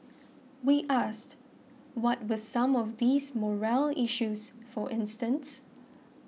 we asked what were some of these morale issues for instance